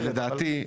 לדעתי,